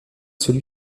celui